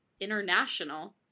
international